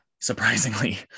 Surprisingly